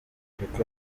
kuko